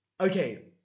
okay